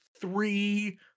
three